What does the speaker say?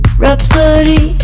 Rhapsody